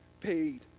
paid